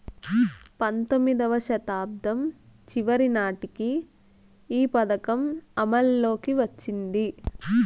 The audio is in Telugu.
పంతొమ్మిదివ శతాబ్దం చివరి నాటికి ఈ పథకం అమల్లోకి వచ్చింది